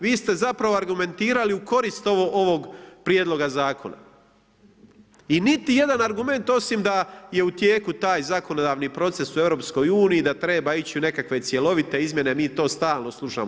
Vi ste zapravo argumentirali u korist ovog prijedloga zakona i niti jedan argument osim da je u tijeku taj zakonodavni proces u EU da treba ići u nekakve cjelovite izmjene, mi to stalno slušamo.